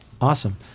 Awesome